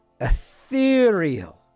ethereal